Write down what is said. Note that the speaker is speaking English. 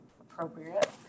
appropriate